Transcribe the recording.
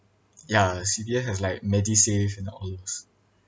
ya C_P_F has like medisave and all those